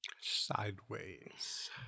sideways